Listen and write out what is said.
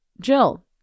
Jill